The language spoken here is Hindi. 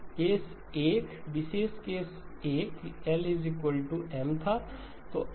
केस 1 विशेष केस 1 L M था